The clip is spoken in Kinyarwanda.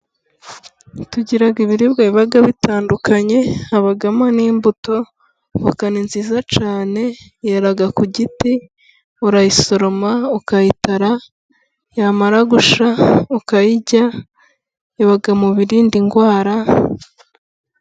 Tugira ibiribwa biba bitandukanye. Habamo n'imbuto, voka ni nziza cyane yera ku giti. Urayisoroma ukayitara, yamara gushya ukayirya. Iba mu birinda indwara.